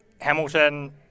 Hamilton